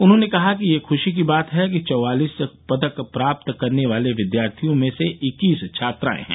उन्होंने कहा कि ये खुशी की बात है कि चौवालिस पदक प्राप्त करने वाले विद्यार्थियों में से इक्कीस छात्राएं हैं